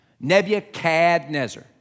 Nebuchadnezzar